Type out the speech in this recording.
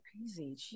crazy